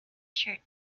shirt